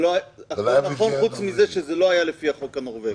הכול נכון, חוץ מזה שזה לא היה לפי החוק הנורווגי.